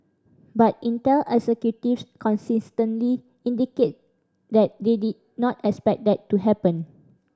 but Intel executives consistently indicated that they did not expect that to happen